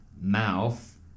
mouth